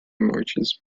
marches